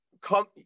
come